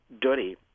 Dirty